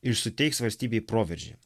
iš suteiks valstybei proveržį